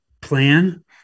plan